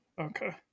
Okay